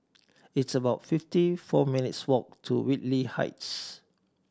it's about fifty four minutes' walk to Whitley Heights